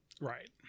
Right